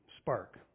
spark